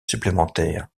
supplémentaire